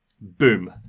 Boom